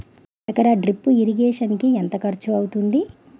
ఎకర drip irrigation కి ఎంత ఖర్చు అవుతుంది?